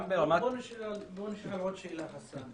אני אשאל עוד שאלה, חסאן.